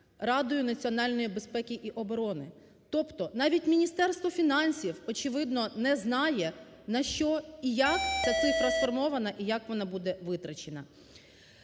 Радою національної безпеки і оборони. Тобто навіть Міністерство фінансів, очевидно, не знає, на що і як ця цифра сформована і як вона буде витрачена.